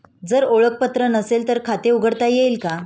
जर ओळखपत्र नसेल तर खाते उघडता येईल का?